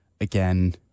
again